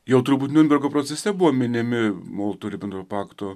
jau turbūt niurnbergo procese buvo minimi molotovo ribentropo pakto